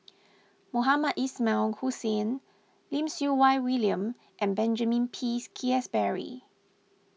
Mohamed Ismail Hussain Lim Siew Wai William and Benjamin Pease Keasberry